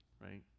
right